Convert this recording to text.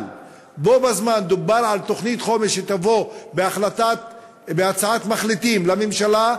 אבל בו בזמן דובר על תוכנית חומש שתבוא בהצעת מחליטים לממשלה.